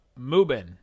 Mubin